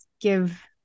give